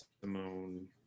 simone